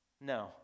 No